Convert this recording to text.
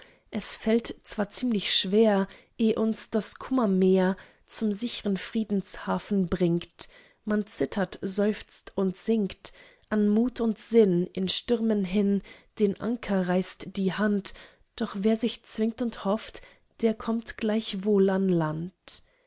es fällt zwar ziemlich schwer eh uns das kummermeer zum sichern friedenshafen bringt man zittert seufzt und sinkt an mut und sinn in stürmen hin der anker reißt die hand doch wer sich zwingt und hofft der kommt gleichwohl ans land